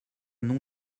non